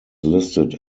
listed